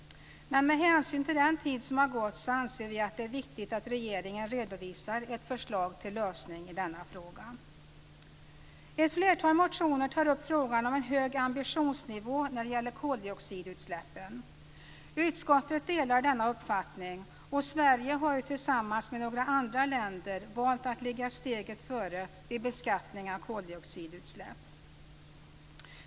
Med hänsyn till den tid som har gått anser vi att det är viktigt att regeringen redovisar ett förslag till lösning i denna fråga. Ett flertal motioner tar upp frågan om en hög ambitionsnivå när det gäller koldioxidutsläppen. Utskottet delar denna uppfattning. Sverige har tillsammans med några andra länder valt att ligga steget före vid beskattning av koldioxidutsläpp.